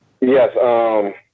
Yes